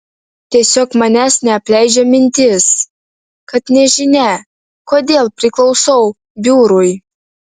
tiesiog manęs neapleidžia mintis kad nežinia kodėl priklausau biurui